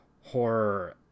horror